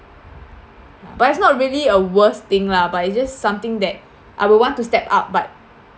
but it's not really a worst thing lah but it's just something that I will want to step up but